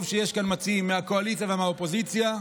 טוב שיש כאן מציעים מהקואליציה ומהאופוזיציה,